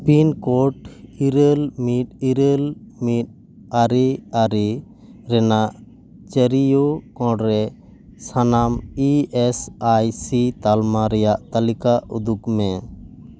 pin code ᱤᱨᱟᱹᱞ ᱢᱤᱫ ᱤᱨᱟᱹᱞ ᱢᱤᱫ ᱟᱨᱮ ᱟᱨᱮ ᱨᱮᱱᱟᱜ ᱪᱟᱹᱨᱤᱭᱟᱹ ᱠᱚᱬᱨᱮ ᱥᱟᱱᱟᱢ ᱤ ᱮᱥ ᱟᱭ ᱥᱤ ᱛᱟᱞᱢᱟ ᱨᱮᱭᱟᱜ ᱛᱟᱞᱤᱠᱟ ᱩᱫᱩᱜ ᱢᱮ